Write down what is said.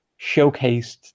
showcased